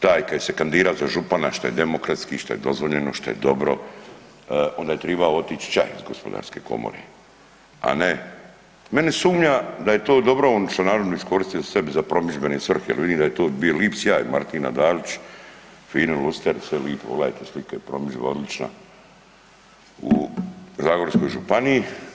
Taj koji će se kandidirati za župana što je demokratski što je dozvoljeno, što je dobro onda je tribao otići ća iz Gospodarske komore, a ne, meni sumnja da je to on dobro onu članarinu iskoristio sebi za promidžbene svrhe jel vidim da je to bio lip sjaj, Martina Dalić fini luster, sve lipo, pogledajte slike, promidžba odlična u zagorskoj županiji.